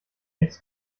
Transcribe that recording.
jetzt